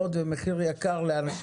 וייתן מידע דומה בין מה שהלקוח רואה בערוצים